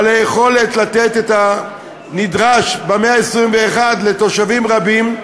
בעלי יכולת לתת את הנדרש במאה ה-21 לתושבים רבים,